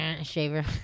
shaver